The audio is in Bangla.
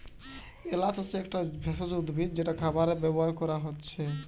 এলাচ হচ্ছে একটা একটা ভেষজ উদ্ভিদ যেটা খাবারে ব্যাভার কোরা হচ্ছে